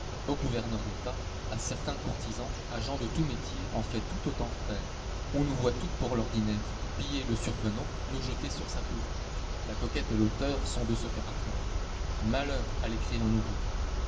gouverneurs d'etats à certains courtisans a gens de tous métiers en fait tout autant faire on nous voit tous pour l'ordinaire piller le survenant nous jeter sur sa peau la coquette et l'auteur sont de ce caractère malheur à l'écrivain nouveau